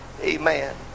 Amen